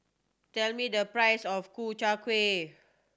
tell me the price of Ku Chai Kueh